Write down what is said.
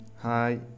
Hi